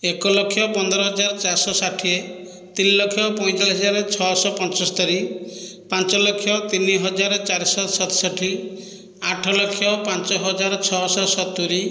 ଏକ ଲକ୍ଷ ପନ୍ଦର ହଜାର ଚାରି ଶହ ଷାଠିଏ ତିନି ଲକ୍ଷ ପଞ୍ଚଚାଳିଶ ହଜାର ଛଅଶହ ପଞ୍ଚସ୍ତରୀ ପାଞ୍ଚ ଲକ୍ଷ ତିନି ହଜାର ଚାରିଶହ ସତଷଠି ଆଠ ଲକ୍ଷ ପାଞ୍ଚ ହଜାର ଛହଶହ ସତୁରି